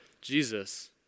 Jesus